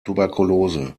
tuberkulose